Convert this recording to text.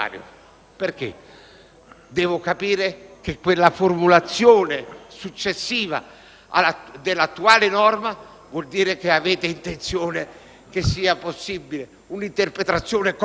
Devo dedurre che quella formulazione successiva, nell'attuale norma, significa che avete intenzione di rendere possibile un'interpretazione corretta o non corretta